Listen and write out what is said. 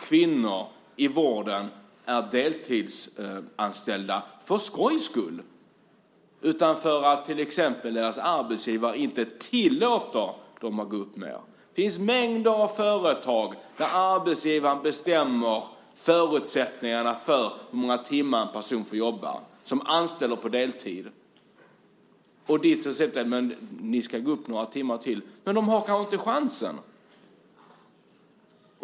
Kvinnor i vården är inte deltidsanställda för skojs skull, utan för att deras arbetsgivare inte tillåter dem att arbeta mer. Det finns mängder av företag där arbetsgivaren bestämmer hur många timmar en person får jobba och som anställer på deltid. Ditt recept är att de ska gå upp några timmar. De har kanske inte chansen.